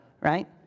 right